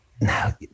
now